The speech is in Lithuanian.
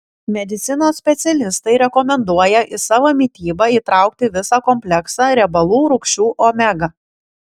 medicinos specialistai rekomenduoja į savo mitybą įtraukti visą kompleksą riebalų rūgščių omega